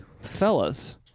fellas